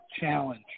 challenge